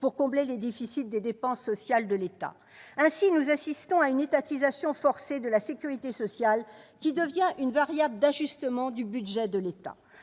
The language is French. pour combler les déficits des dépenses sociales de l'État. Nous assistons à une étatisation forcée de la sécurité sociale, qui devient une variable d'ajustement du budget de l'État.